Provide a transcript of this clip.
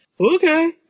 Okay